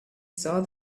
saw